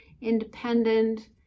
independent